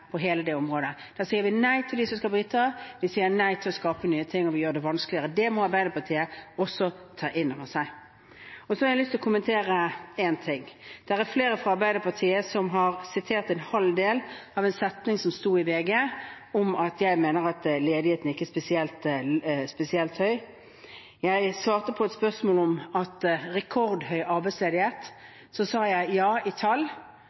som skal bidra, vi sier nei til å skape nye ting, og vi gjør det vanskeligere. Det må også Arbeiderpartiet ta inn over seg. Så har jeg lyst til å kommentere én ting. Det er flere fra Arbeiderpartiet som har sitert en del av en setning som sto i VG, om at jeg mener at ledigheten ikke er spesielt høy. Jeg svarte på et spørsmål om rekordhøy arbeidsledighet. Jeg sa ja, i tall,